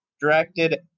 directed